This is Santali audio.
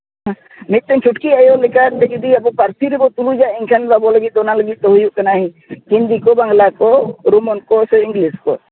ᱢᱤᱫᱴᱮᱱ ᱪᱷᱩᱴᱠᱤ ᱟᱭᱳ ᱞᱮᱠᱟᱛᱮ ᱡᱩᱫᱤ ᱟᱵᱚ ᱯᱟᱹᱨᱥᱤ ᱨᱮᱵᱚ ᱛᱩᱞᱩᱡᱟ ᱮᱱᱠᱷᱟᱱ ᱫᱚ ᱟᱵᱚ ᱞᱟᱹᱜᱤᱫ ᱫᱚ ᱚᱱᱟ ᱞᱟᱹᱜᱤᱫ ᱫᱚ ᱦᱩᱭᱩᱜ ᱠᱟᱱᱟ ᱦᱤᱱᱫᱤ ᱠᱚ ᱵᱟᱝᱞᱟ ᱠᱚ ᱨᱳᱢᱟᱱ ᱠᱚ ᱥᱮ ᱤᱝᱞᱤᱥ ᱠᱚ